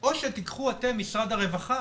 או שתיקחו אתם, משרד הרווחה,